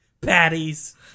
Patties